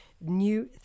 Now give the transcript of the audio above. new